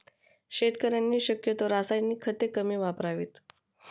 शेतकऱ्यांनी शक्यतो रासायनिक खते कमी वापरावीत